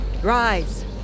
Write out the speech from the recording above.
rise